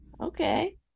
Okay